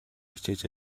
хичээж